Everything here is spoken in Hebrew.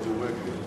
כדורגל,